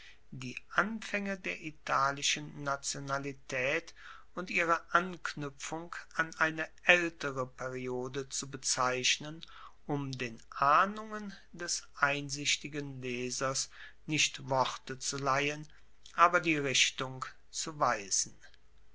die anfaenge der italischen nationalitaet und ihre anknuepfung an eine aeltere periode zu bezeichnen um den ahnungen des einsichtigen lesers nicht worte zu leihen aber die richtung zu weisen